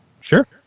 Sure